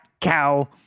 cow